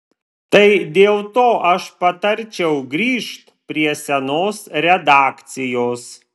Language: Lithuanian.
tai dėl to aš patarčiau grįžt prie senos redakcijos